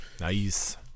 Nice